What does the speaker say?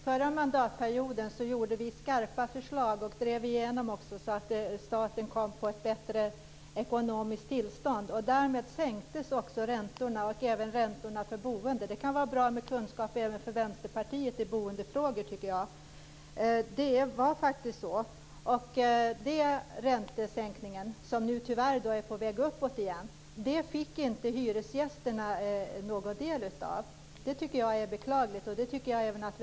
Fru talman! Jag noterar bara att vi förra mandatperioden lade fram och även drev igenom skarpa förslag för att ge staten ett bättre ekonomiskt tillstånd. Därmed sänktes räntorna, även för boendet. Jag tycker att det också i Vänsterpartiet kan vara bra med kunskap i boendefrågor. Denna räntesänkning, som nu tyvärr är på väg att ätas upp, fick hyresgästerna inte någon del av. Jag tycker att det är beklagligt.